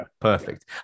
Perfect